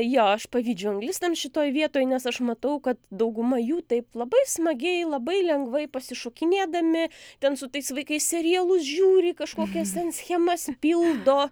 jo aš pavydžiu anglistams šitoj vietoj nes aš matau kad dauguma jų taip labai smagiai labai lengvai pasišokinėdami ten su tais vaikais serialus žiūri kažkokias schemas pildo